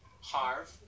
Harv